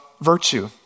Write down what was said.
virtue